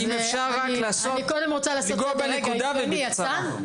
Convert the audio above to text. אם אפשר רק לעשות לגעת בנקודה ובקצרה.